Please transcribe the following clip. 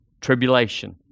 tribulation